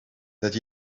that